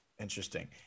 Interesting